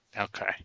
Okay